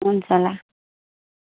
हुन्छ ल